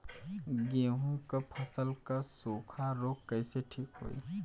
गेहूँक फसल क सूखा ऱोग कईसे ठीक होई?